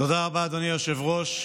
תודה רבה, אדוני היושב-ראש.